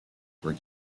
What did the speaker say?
were